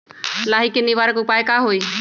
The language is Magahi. लाही के निवारक उपाय का होई?